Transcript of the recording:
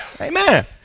Amen